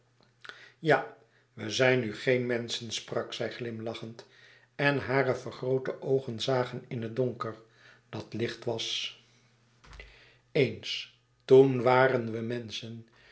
ja we zijn nu geen menschen sprak zij glimlachend en hare vergroote oogen zagen in het donker dat licht was eens toen waren we menschen